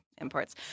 Imports